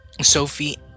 sophie